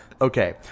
Okay